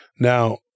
Now